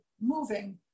moving